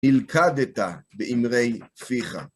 נלכדת באמרי פיך.